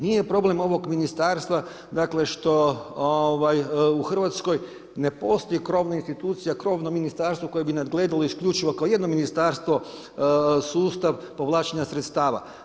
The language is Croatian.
Nije problem ovog Ministarstva dakle, što u RH ne postoji krovna institucija, krovno Ministarstvo koje bi nadgledalo isključivo kao jedno Ministarstvo sustav povlačenja sredstava.